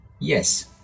Yes